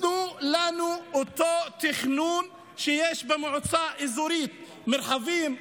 תנו לנו אותו תכנון שיש במועצות האזוריות מרחבים,